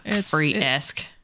free-esque